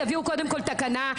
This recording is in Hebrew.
שיביאו קודם כל תקנה.